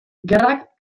gerrak